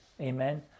Amen